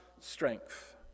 strength